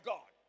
God